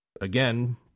Again